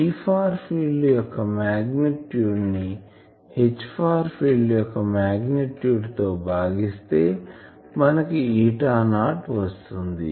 Eఫార్ field యొక్క magnitude ని Hఫార్ ఫిల్డ్ యొక్క మాగ్నిట్యూడ్ తో భాగిస్తే మనకు ఈటా నాట్ వస్తుంది